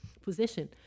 position